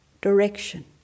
direction